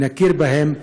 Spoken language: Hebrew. נכיר בהם,